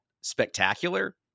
spectacular